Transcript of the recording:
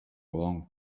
long